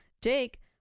Jake